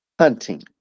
hunting